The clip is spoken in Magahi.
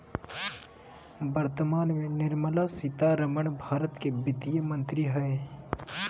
वर्तमान में निर्मला सीतारमण भारत के वित्त मंत्री हइ